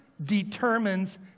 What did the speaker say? determines